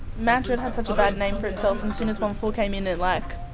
mount druitt had such a bad name for itself. and soon as one four came in it like